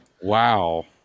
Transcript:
Wow